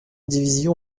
division